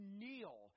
kneel